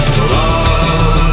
Love